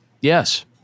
Yes